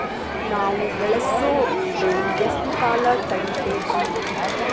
ನಾವು ಬೆಳಸೋ ಬೆಳಿ ಎಷ್ಟು ಕಾಲ ತಡೇತೇತಿ?